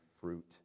fruit